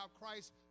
Christ